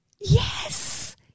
Yes